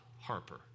Harper